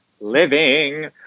living